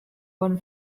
one